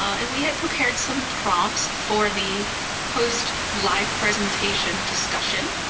and we had prepared some prompts for the post live presentation discussion.